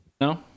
no